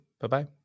Bye-bye